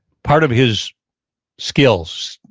part of his skills,